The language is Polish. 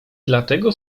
dlatego